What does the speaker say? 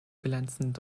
glänzend